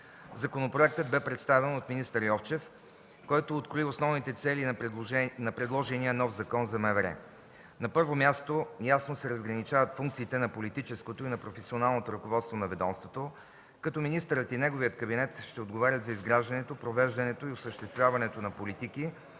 Законопроектът бе представен от министър Йовчев, който открои основните цели на предложения нов закон за МВР. На първо място, ясно се разграничават функциите на политическото и на професионалното ръководство на ведомството като министърът и неговият кабинет ще отговарят за изграждането, провеждането и осъществяването на политики,